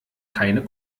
keine